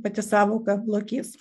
pati sąvoka lokys